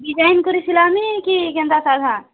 design କରି ସିଲାମି କି କେନ୍ତା ସାଧା